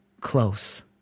close